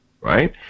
right